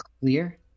clear